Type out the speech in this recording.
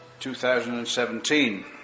2017